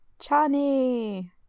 Chani